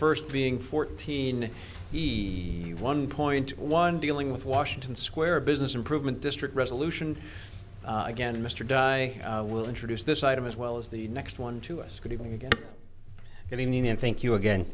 first being fourteen the one point one dealing with washington square business improvement district resolution again mr di will introduce this item as well as the next one to us good evening good evening and thank you again